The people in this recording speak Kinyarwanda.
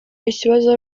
ikibazo